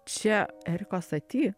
čia eriko sati